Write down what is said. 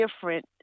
different